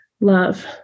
love